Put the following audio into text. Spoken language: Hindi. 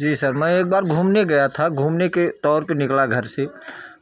जी सर मैं एक बार घूमने गया था घूमने के तौर फिर निकला घर से